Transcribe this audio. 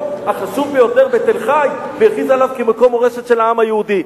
החשוב ביותר בתל-חי כמקום מורשת של העם היהודי.